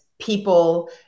people